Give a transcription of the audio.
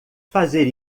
fazer